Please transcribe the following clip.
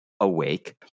awake